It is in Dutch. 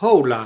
hola